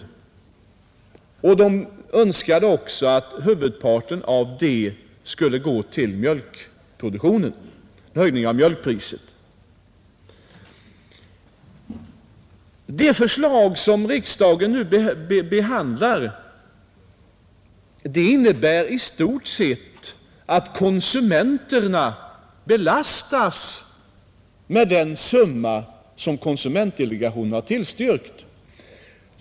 Delegationen önskade också att huvudparten av detta belopp skulle gå till mjölkproduktionen genom en höjning av mjölkpriset. Det förslag som riksdagen här behandlar innebär i stort sett att konsumenterna belastas med det belopp som konsumentdelegationen har tillstyrkt.